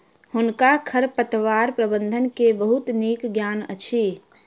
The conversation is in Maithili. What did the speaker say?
हुनका खरपतवार प्रबंधन के बहुत नीक ज्ञान अछि